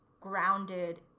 grounded